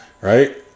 right